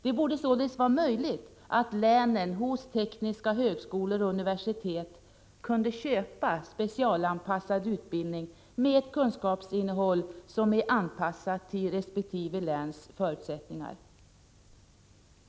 Det borde således vara möjligt att länen hos tekniska högskolor och universitet kunde ”köpa” specialanpassad utbildning med ett kunskapsinnehåll som är anpassat till resp. läns förutsättningar.